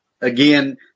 again